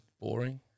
boring